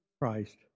Christ